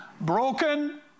Broken